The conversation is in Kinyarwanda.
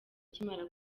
akimara